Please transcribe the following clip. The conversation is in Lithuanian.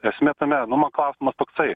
esmė tame nu mano klausimas toksai